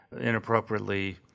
inappropriately